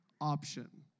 option